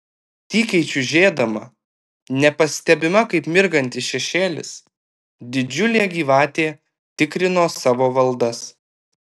tykiai čiužėdama nepastebima kaip mirgantis šešėlis didžiulė gyvatė tikrino savo valdas